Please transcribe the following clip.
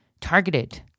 targeted